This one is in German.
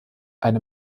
eine